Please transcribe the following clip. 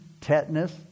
tetanus